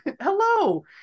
Hello